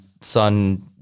son